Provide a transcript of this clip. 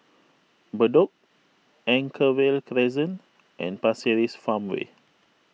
Bedok Anchorvale Crescent and Pasir Ris Farmway